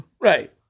right